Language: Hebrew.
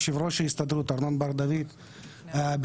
יושב-ראש ההסתדרות ארנון בר-דוד ביקש